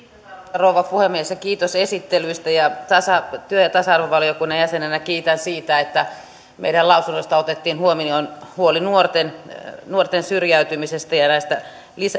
rouva puhemies kiitos esittelyistä ja työ ja tasa arvovaliokunnan jäsenenä kiitän siitä että meidän lausunnostamme otettiin huomioon huoli nuorten nuorten syrjäytymisestä ja näistä